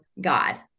God